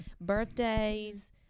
birthdays